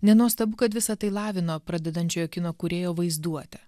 nenuostabu kad visa tai lavino pradedančiojo kino kūrėjo vaizduotę